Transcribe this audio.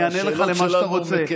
אני אענה לך על מה שאתה רוצה,